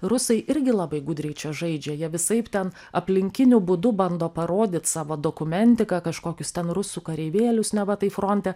rusai irgi labai gudriai čia žaidžia jie visaip ten aplinkiniu būdu bando parodyt savo dokumentiką kažkokius ten rusų kareivėlius neva tai fronte